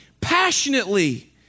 passionately